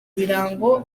birango